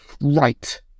Right